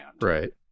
Right